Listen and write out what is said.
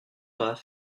pas